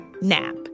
nap